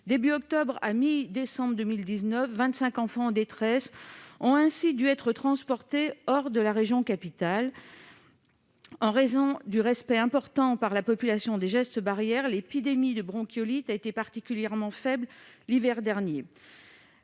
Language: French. début octobre à mi-décembre 2019, quelque 25 enfants en détresse ont ainsi dû être transportés. En raison du respect scrupuleux par la population des gestes barrières, l'épidémie de bronchiolite a été particulièrement faible l'hiver dernier.